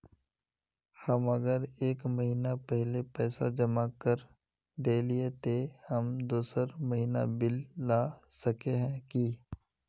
हम अगर एक महीना पहले पैसा जमा कर देलिये ते हम दोसर महीना बिल ला सके है की?